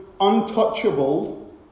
untouchable